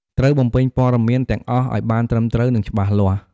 ត្រូវបំពេញព័ត៌មានទាំងអស់ឲ្យបានត្រឹមត្រូវ និងច្បាស់លាស់។